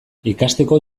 ikasteko